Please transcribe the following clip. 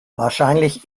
wahrscheinlich